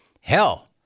Hell